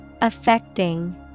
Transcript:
Affecting